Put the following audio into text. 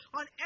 on